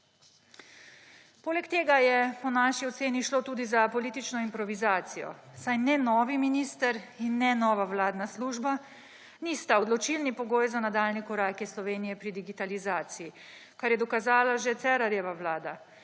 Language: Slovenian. Poleg tega je po naši oceni šlo tudi za politično improvizacijo, saj ne novi minister in ne nova vladna služba nista odločilni pogoj za nadaljnje korake Slovenije pri digitalizaciji, kar je dokazala že Cerarjeva vlada